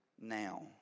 now